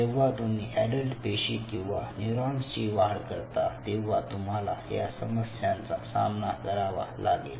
जेव्हा तुम्ही ऍडल्ट पेशी किंवा न्यूरॉन्स ची वाढ करता तेव्हा तुम्हाला या समस्यांचा सामना करावा लागेल